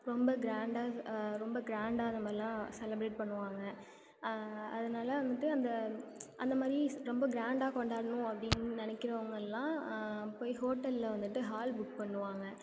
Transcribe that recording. ரொம்ப கிராண்டா ரொம்ப கிராண்டா அந்த மாதிரிலாம் செலிப்ரெட் பண்ணுவாங்க அதனால் வந்துவிட்டு அந்த அந்த மாதிரி ரொம்ப கிராண்டா கொண்டாடணும் அப்படின்னு நினைக்குறவங்கள்லாம் போய் ஹோட்டலில் வந்துவிட்டு ஹால் புக் பண்ணுவாங்க